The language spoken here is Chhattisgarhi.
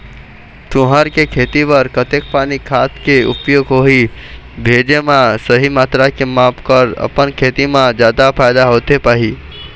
तुंहर के खेती बर कतेक पानी खाद के उपयोग होही भेजे मा सही मात्रा के माप कर अपन खेती मा जादा फायदा होथे पाही?